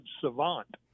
savant